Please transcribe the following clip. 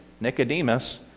Nicodemus